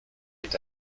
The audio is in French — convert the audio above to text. est